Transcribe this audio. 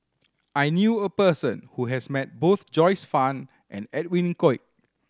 I knew a person who has met both Joyce Fan and Edwin Koek